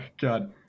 god